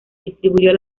distribuyó